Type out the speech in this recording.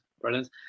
brilliant